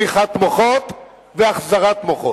הוא בריחת מוחות והחזרת מוחות.